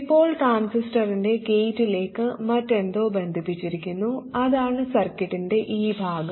ഇപ്പോൾ ട്രാൻസിസ്റ്ററിൻറെ ഗേറ്റിലേക്ക് മറ്റെന്തൊ ബന്ധിപ്പിച്ചിരിക്കുന്നു അതാണ് സർക്യൂട്ടിൻറെ ഈ ഭാഗം